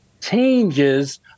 changes